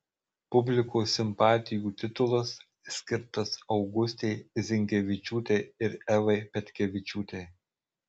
publikos simpatijų titulas skirtas augustei zinkevičiūtei ir evai petkevičiūtei